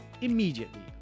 immediately